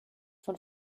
von